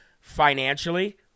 financially